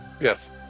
Yes